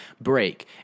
break